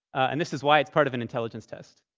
and this is why it's part of an intelligence test.